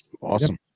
Awesome